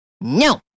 No